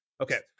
Okay